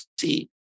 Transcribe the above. see